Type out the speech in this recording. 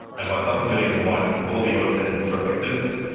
and by supplementing the mice before the onset of dystrophic symptoms,